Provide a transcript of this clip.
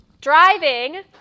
driving